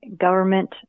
government